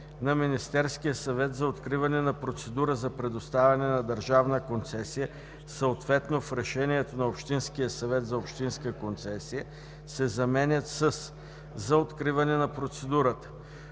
„на Министерския съвет за откриване на процедура за предоставяне на държавна концесия, съответно в решението на общинския съвет – за общинска концесия“ се заменят със „за откриване на процедурата“;